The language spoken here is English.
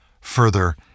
Further